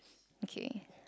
okay